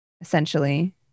essentially